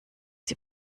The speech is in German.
die